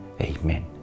Amen